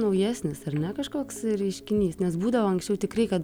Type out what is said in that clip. naujesnis ar ne kažkoks reiškinys nes būdavo anksčiau tikrai kad